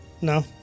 No